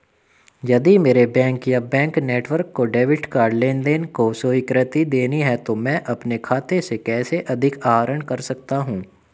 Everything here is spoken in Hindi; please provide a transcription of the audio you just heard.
यदि मेरे बैंक या बैंक नेटवर्क को डेबिट कार्ड लेनदेन को स्वीकृति देनी है तो मैं अपने खाते से कैसे अधिक आहरण कर सकता हूँ?